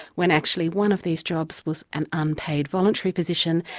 when actually one of these jobs was an unpaid voluntary position,